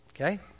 Okay